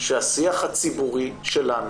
שהשיח הציבורי שלנו,